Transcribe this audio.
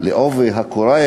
בו בעובי הקורה,